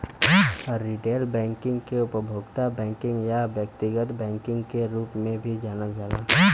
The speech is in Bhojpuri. रिटेल बैंकिंग के उपभोक्ता बैंकिंग या व्यक्तिगत बैंकिंग के रूप में भी जानल जाला